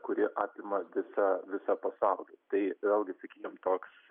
kuri apima visą visą pasaulį tai vėlgi sakykim toks